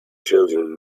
children